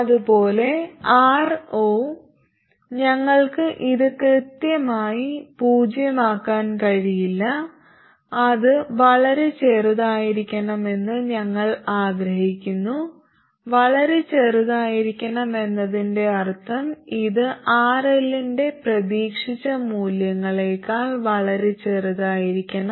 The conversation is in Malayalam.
അതുപോലെ Ro ഞങ്ങൾക്ക് ഇത് കൃത്യമായി പൂജ്യമാക്കാൻ കഴിയില്ല അത് വളരെ ചെറുതായിരിക്കണമെന്ന് ഞങ്ങൾ ആഗ്രഹിക്കുന്നു വളരെ ചെറിയതായിരിക്കണം എന്നതിന്റെ അർഥം ഇത് RL ന്റെ പ്രതീക്ഷിച്ച മൂല്യങ്ങളെക്കാൾ വളരെ ചെറുതായിരിക്കണം